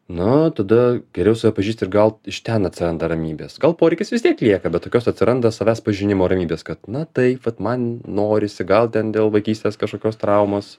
na tada geriau save pažįsti ir gal iš ten atsiranda ramybės kol poreikis vis tiek lieka bet tokios atsiranda savęs pažinimo ramybės kad na taip vat man norisi gal ten dėl vaikystės kažkokios traumos